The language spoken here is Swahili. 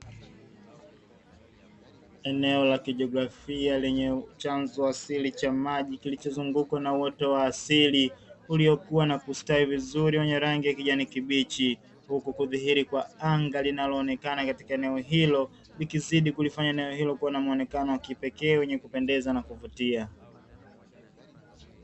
Eneo la kijiografia lenye chanzo asili cha maji, kilichozungukwa na uoto wa asili uliokuwa na kustawi vizuri wenye rangi ya kijani kibichi, huku kudhihiri kwa anga linaloonekana katika eneo hilo likizidi kulifanya eneo hilo, kuwa na mwonekano wa kipekee wenye kupendeza na kuvutia.